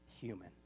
human